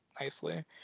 nicely